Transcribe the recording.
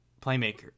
playmaker